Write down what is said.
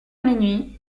minuit